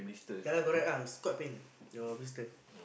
yea lah correct lah it's quite pain eh your blister